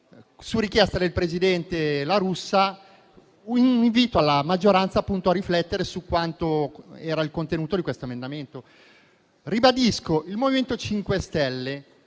sua richiesta, presidente La Russa, con invito alla maggioranza a riflettere su quanto era il contenuto di tale emendamento. Ribadisco che il MoVimento 5 Stelle